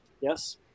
Yes